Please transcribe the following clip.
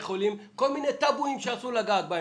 חולים כל מיני נושאי טאבו שאסור לגעת בהם.